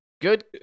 good